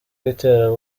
witera